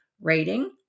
rating